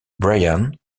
brian